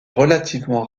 relativement